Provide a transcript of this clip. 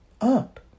up